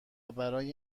برای